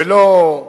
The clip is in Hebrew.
ולא,